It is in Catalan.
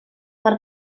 per